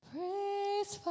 Praise